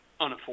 unaffordable